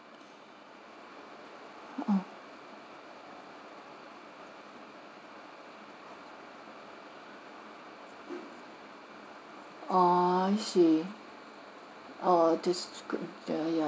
mm orh I see orh this is good yeah yeah